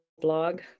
blog